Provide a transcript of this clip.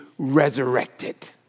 resurrected